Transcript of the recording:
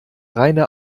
reine